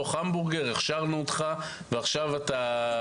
לאחר שהכשרנו אותך להפוך את המבורגר.